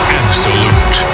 absolute